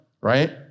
right